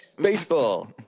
Baseball